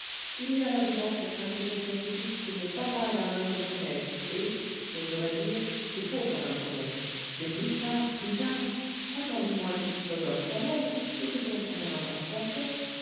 il y a là-dedans certains côtés scientifiques qu'il n'est pas mal à un homme de connaître et j'oserais dire qu'il faut qu'un homme connaisse mais plus tard plus tard attends du moins que tu sois homme toi-même et que ton tempérament soit fait